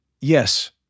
Yes